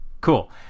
Cool